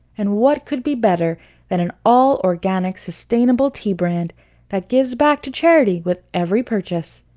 and what could be better than an all organic, sustainable tea brand that gives back to charity with every purchase?